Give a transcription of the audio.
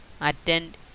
attend